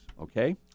Okay